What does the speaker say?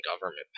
government